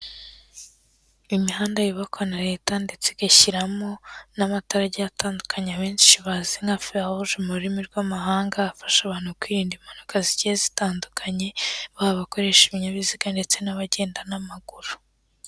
Imihanda yubakwa na leta ndetse igashyiramo n'amatara agiye atandukanye abenshi bazi nka feruje mu rurimi rw'amahanga, afasha abantu kwirinda impanuka zigiye zitandukanye. Baba abakoresha ibinyabiziga ndetse n'abagenda n'amaguru.